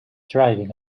driving